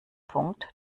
punkt